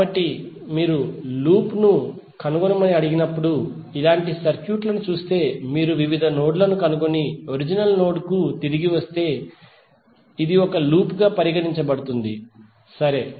కాబట్టి మీరు లూప్ ను కనుగొనమని అడిగినప్పుడు ఇలాంటి సర్క్యూట్ను చూస్తే మీరు వివిధ నోడ్ లను కనుగొని ఒరిజినల్ నోడ్ కు తిరిగి వస్తే ఇది ఒక లూప్ గా పరిగణించబడుతుంది సరే